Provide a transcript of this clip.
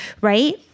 Right